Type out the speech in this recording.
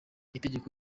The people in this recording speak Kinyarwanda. itegeko